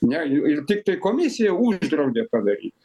ne ir ir tiktai komisija uždraudė tą daryt